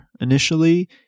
initially